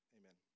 Amen